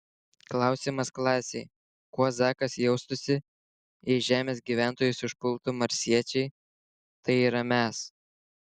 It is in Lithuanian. klausimas klasei kuo zakas jaustųsi jei žemės gyventojus užpultų marsiečiai tai yra mes